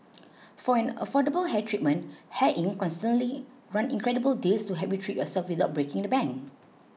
for an affordable hair treatment Hair Inc constantly run incredible deals to help you treat yourself without breaking the bank